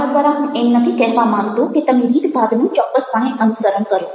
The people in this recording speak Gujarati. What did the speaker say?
ભાષા દ્વારા હું એમ નથી કહેવા માગતો કે તમે રીતભાતનું ચોક્કસપણે અનુસરણ કરો